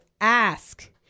ask